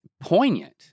poignant